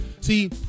See